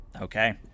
Okay